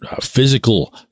physical